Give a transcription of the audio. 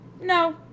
no